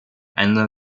eine